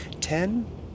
Ten